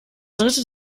dritte